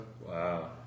Wow